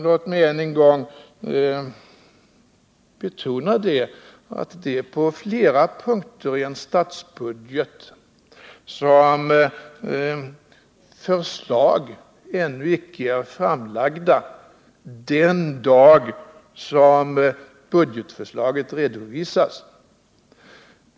Låt mig än en gång betona att det på flera punkter i en statsbudget kan finnas förslag som ännu inte är framlagda den dag budgetförslaget redovisas.